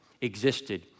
existed